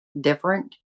different